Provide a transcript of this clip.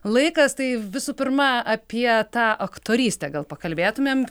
laikas tai visų pirma apie tą aktorystę gal pakalbėtumėm